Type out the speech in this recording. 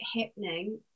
happening